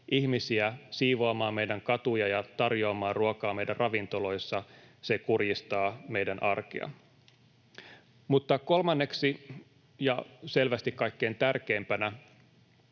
ihmisiä siivoamaan meidän katuja ja tarjoamaan ruokaa meidän ravintoloissa, se kurjistaa meidän arkea. Mutta kolmanneksi ja selvästi kaikkein tärkeimpänä: